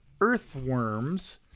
earthworms